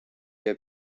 día